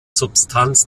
substanz